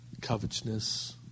covetousness